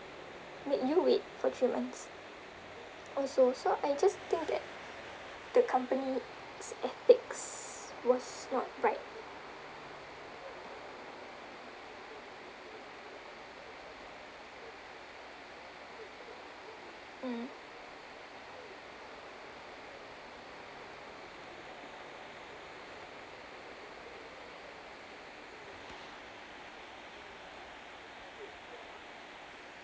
made you wait for three months also so I just think that the company's ethics was not right mm